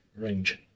range